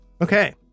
Okay